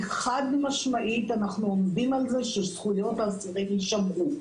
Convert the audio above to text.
חד משמעית: אנחנו עומדים על זה שזכויות האסירים יישמרו.